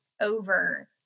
over